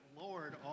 Lord